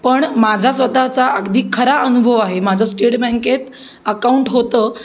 पण माझा स्वतःचा अगदी खरा अनुभव आहे माझं स्टेट बँकेत अकाऊंट होतं